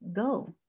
go